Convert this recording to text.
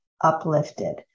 uplifted